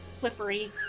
flippery